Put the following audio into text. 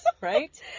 right